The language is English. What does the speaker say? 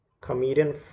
comedian